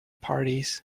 parties